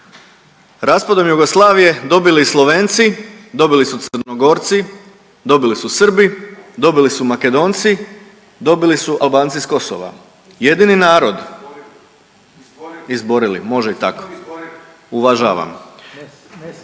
raspadom Jugoslavije dobili Slovenci, dobili su Crnogorci, dobili su Srbi, dobili su Makedonci, dobili su Albanci s Kosova, jedini narod …/Upadica iz klupe: